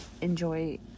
enjoy